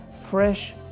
fresh